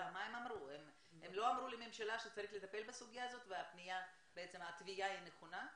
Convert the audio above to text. הם לא אמרו לממשלה שצריך לטפל בסוגיה הזו ושהתביעה היא נכונה?